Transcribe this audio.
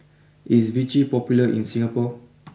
is Vichy popular in Singapore